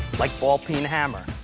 like ball peen hammer.